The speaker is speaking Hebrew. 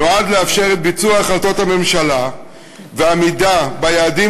נועד לאפשר את ביצוע החלטות הממשלה ואת העמידה ביעדים